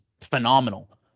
phenomenal